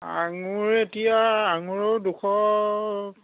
আঙুৰ এতিয়া আঙুৰো দুশ